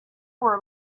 were